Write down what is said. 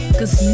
cause